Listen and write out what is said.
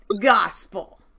gospel